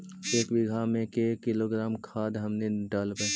एक बीघा मे के किलोग्राम खाद हमनि डालबाय?